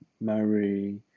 Mary